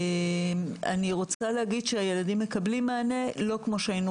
אני רוצה להגיד שהילדים מקבלים מענה לא כמו שהיינו